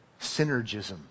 synergism